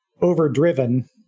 overdriven